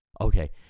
okay